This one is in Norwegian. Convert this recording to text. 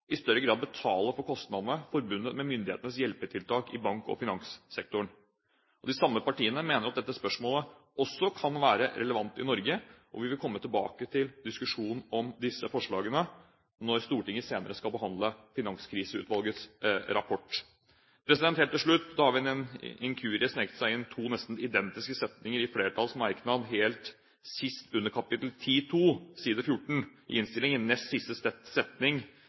i større grad betaler kostnadene forbundet med myndighetenes hjelpetiltak til bank- og finanssektoren. De samme partiene mener at dette spørsmålet også kan være relevant i Norge. Vi vil komme tilbake til diskusjonen om disse forslagene når Stortinget senere skal behandle Finanskriseutvalgets rapport. Helt til slutt: Det har ved en inkurie sneket seg inn to nesten identiske setninger i flertallets merknad helt sist under kapittel 10.2, side 14 i innstillingen. Nest